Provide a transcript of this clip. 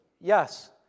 Yes